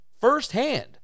firsthand